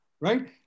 Right